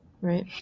Right